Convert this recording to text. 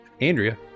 Andrea